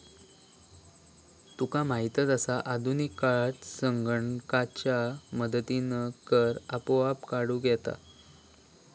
तुका माहीतच आसा, आधुनिक काळात संगणकाच्या मदतीनं कर आपोआप काढूक येता